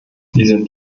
sind